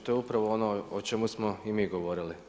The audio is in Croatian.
To je upravo ono o čemu smo i mi govorili.